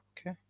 Okay